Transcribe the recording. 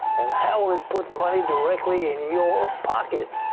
and how will it put money directly in your pocket?